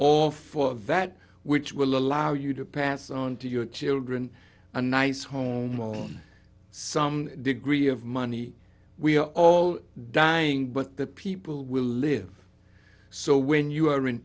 all for that which will allow you to pass on to your children a nice home some degree of money we are all dying but the people will live so when you are